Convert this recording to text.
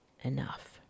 enough